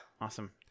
Awesome